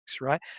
right